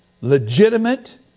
legitimate